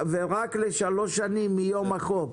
רק לשלוש שנים מיום שהחוק חל,